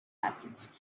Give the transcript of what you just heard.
methods